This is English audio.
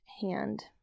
hand